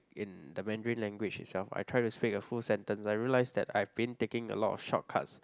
in the Mandarin language itself I try to speak a full sentence I realised I've been taking a lot of shortcuts